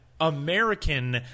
American